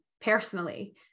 personally